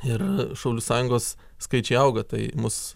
ir šaulių sąjungos skaičiai auga tai mus